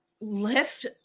lift